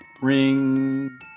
Ring